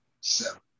seven